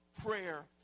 prayer